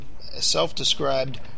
self-described